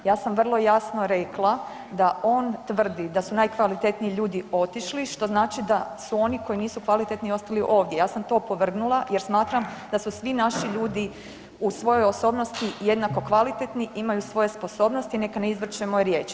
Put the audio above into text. Ja sam vrlo jasno rekla da on tvrdi da su najkvalitetniji ljudi otišli što znači da su oni koji nisu kvalitetni ostali ovdje, ja sam to opovrgnula jer smatram da su svi naši ljudi u svojoj osobnosti jednako kvalitetni, imaju svoje sposobnosti, neka ne izvrće moje riječi.